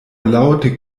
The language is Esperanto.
laŭte